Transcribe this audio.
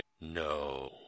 No